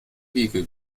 wiege